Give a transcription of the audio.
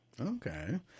Okay